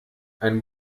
ein